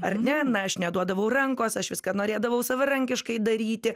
ar ne na aš neduodavau rankos aš viską norėdavau savarankiškai daryti